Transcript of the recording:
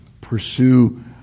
pursue